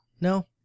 No